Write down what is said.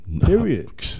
Period